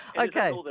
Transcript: Okay